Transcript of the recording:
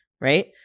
right